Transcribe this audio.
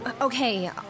Okay